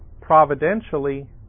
providentially